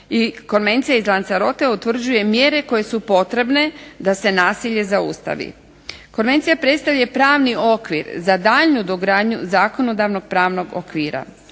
Konvencija iz Lanzarottea utvrđuje mjere koje su potrebne da se nasilje zaustavi. Konvencija predstavlja pravni okvir za daljnju dogradnju zakonodavnog pravnog okvira.